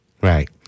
Right